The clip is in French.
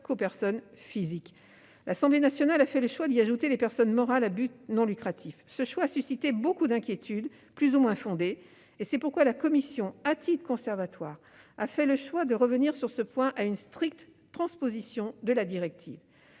L'Assemblée nationale a fait le choix d'y ajouter les personnes morales à but non lucratif. Ce choix a suscité beaucoup d'inquiétudes, plus ou moins fondées, et c'est pourquoi la commission, à titre conservatoire, a fait le choix de revenir sur ce point à une stricte transposition de la directive.